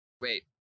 wait